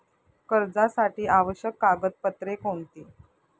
कर्जासाठी आवश्यक कागदपत्रे कोणती?